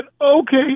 okay